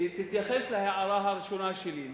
תתייחס להערה הראשונה שלי.